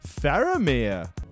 Faramir